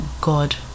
God